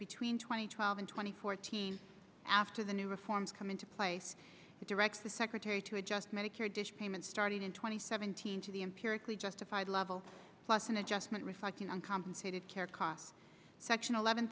between twenty twelve and twenty fourteen after the new reforms come into place it directs the secretary to adjust medicare dish payments starting in two thousand and seventeen to the empirically justified level plus an adjustment reflecting on compensated care costs section eleven